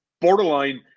borderline